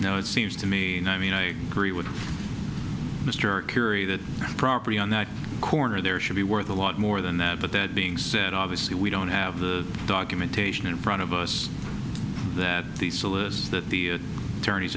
now it seems to me i mean i agree with mr curie that property on the corner there should be worth a lot more than that but that being said obviously we don't have the documentation in front of us that the solicits that the attorneys